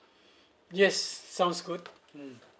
yes sounds good mm